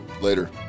Later